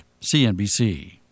CNBC